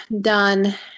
done